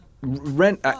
Rent